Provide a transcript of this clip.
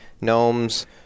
gnomes